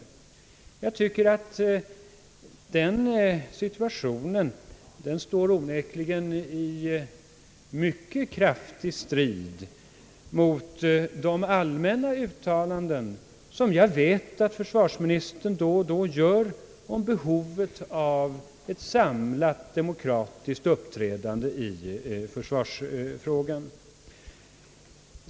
Jag tycker att denna situation onekligen mycket kraftigt strider mot de allmänna uttalanden som jag vet att försvarsministern då och då gör om behovet av ett samlat demokratiskt uppträdande i försvarsfrågan.